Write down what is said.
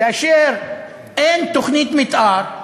כאשר אין תוכנית מתאר,